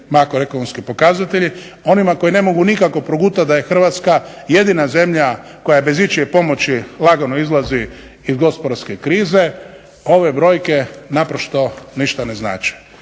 makroekonomski pokazatelji, onima koji ne mogu nikako progutat da je Hrvatska jedina zemlja koja bez ičije pomoći lagano izlazi iz gospodarske krize, ove brojke naprosto ništa ne znače.